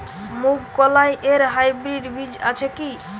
মুগকলাই এর হাইব্রিড বীজ আছে কি?